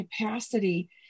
capacity